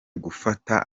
gufata